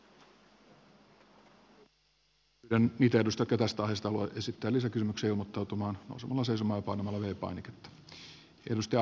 pyydän niitä edustajia jotka haluavat esittää tästä aiheesta lisäkysymyksiä ilmoittautumaan nousemalla seisomaan ja painamalla v painiketta